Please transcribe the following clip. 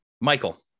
Michael